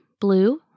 blue